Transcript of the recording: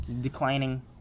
declining